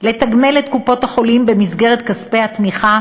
לתגמל את קופות-החולים במסגרת כספי התמיכה